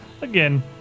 again